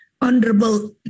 Honorable